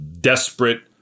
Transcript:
desperate